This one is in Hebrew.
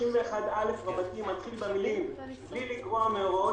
31א מתחיל במילים: בלי לגרוע מהוראות